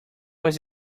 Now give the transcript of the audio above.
was